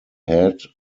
head